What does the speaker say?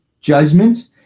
judgment